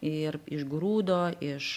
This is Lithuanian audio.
ir iš grūdo iš